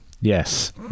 Yes